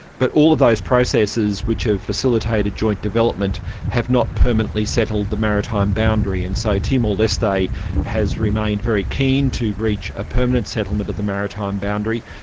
but all of those processes which have facilitated joint development have not permanently settled the maritime boundary. and so timor-leste has has remained very keen to reach a permanent settlement of the maritime boundary,